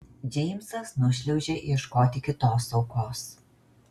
džeimsas nušliaužia ieškoti kitos aukos